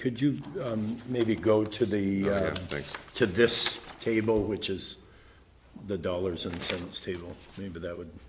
could you maybe go to the thanks to this table which is the dollars and cents table maybe that would